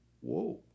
Whoa